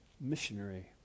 missionary